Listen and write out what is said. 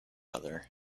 other